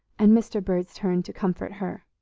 and mr. bird's turn to comfort her.